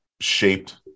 shaped